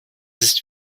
ist